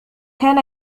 كان